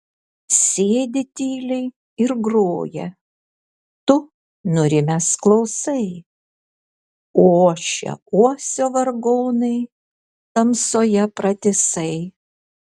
sėdi tyliai ir groja tu nurimęs klausai ošia uosio vargonai tamsoje pratisai